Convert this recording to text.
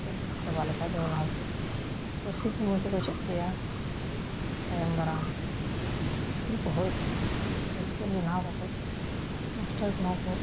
ᱪᱮᱫ ᱪᱟᱵᱟ ᱞᱮᱠᱷᱟᱡ ᱫᱚ ᱚᱱᱟ ᱠᱚᱠᱩᱥᱤ ᱢᱚᱸᱡᱽ ᱵᱩᱡᱷᱟᱹᱜ ᱜᱮᱭᱟ ᱛᱟᱭᱚᱢ ᱫᱟᱨᱟᱢ ᱤᱥᱠᱩᱞ ᱠᱚ ᱦᱩᱭ ᱠᱚᱜᱼᱟ ᱤᱥᱠᱩᱞ ᱵᱮᱱᱟᱣ ᱠᱟᱛᱮᱫ ᱢᱟᱥᱴᱟᱨ ᱠᱚᱦᱚᱸ ᱠᱚ